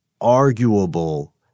arguable